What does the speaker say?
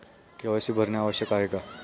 KYC भरणे आवश्यक आहे का?